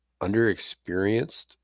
underexperienced